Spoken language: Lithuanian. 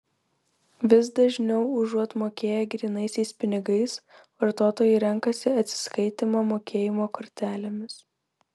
vis dažniau užuot mokėję grynaisiais pinigais vartotojai renkasi atsiskaitymą mokėjimo kortelėmis